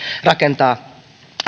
rakentaa